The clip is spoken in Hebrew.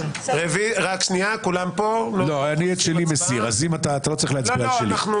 מי נמנע?